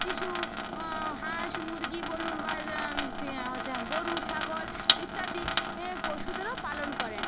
কিছু হাঁস মুরগি বলুন বা হচ্ছে গোরু ছাগল ইত্যাদি পশুদেরও পালন করেন